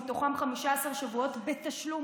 מתוכם 15 שבועות בתשלום,